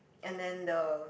and then the